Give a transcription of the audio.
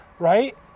right